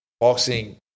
boxing